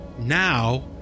now